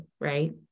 right